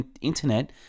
internet